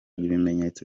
ibimenyetso